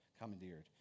commandeered